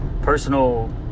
Personal